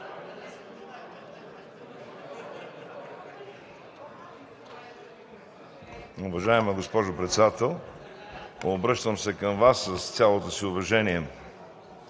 обръщам се към Вас с цялото си уважение.